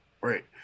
right